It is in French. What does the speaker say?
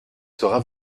sera